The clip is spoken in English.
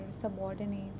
subordinates